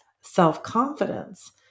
self-confidence